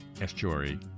estuary